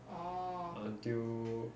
until